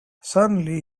suddenly